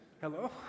Hello